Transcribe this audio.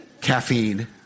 Caffeine